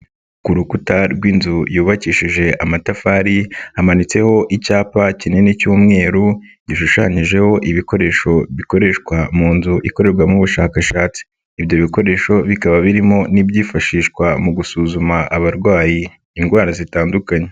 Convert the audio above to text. Ku rukuta rw'inzu yubakishije amatafari hamanitseho icyapa kinini cy'umweru gishushanyijeho ibikoresho bikoreshwa mu nzu ikorerwamo ubushakashatsi, ibyo bikoresho bikaba birimo n'ibyifashishwa mu gusuzuma abarwayi indwara zitandukanye.